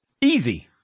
easy